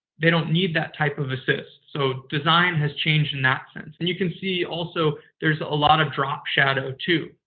they don't need that type of assist. so, design has changed in that sense. and you can see also there's a lot of drop shadow, too,